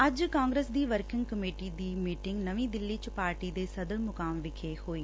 ਅੱਜ ਕਾਂਗਰਸ ਦੀ working committee ਦੀ ਮੀਟਿੰਗ ਨਵੀਂ ਦਿੱਲੀ ਚ ਸਦਰ ਮੁਕਾਮ ਵਿਖੇ ਹੋਈ